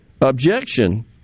objection